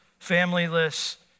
familyless